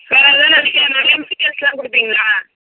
வேறு என்னென்ன இருக்குது நிறையா மெடிசன்ஸ்ஸெலாம் கொடுப்பீங்களா